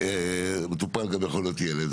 למטופל.